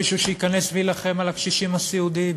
מישהו שייכנס ויילחם על הקשישים הסיעודיים.